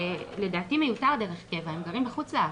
לדעתי מיותר 'דרך קבע', הם גרים בחוץ לארץ.